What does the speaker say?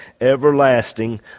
everlasting